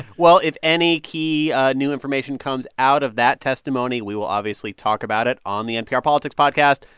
well, if any key new information comes out of that testimony, we will obviously talk about it on the npr politics podcast.